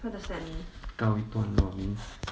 告一段落 means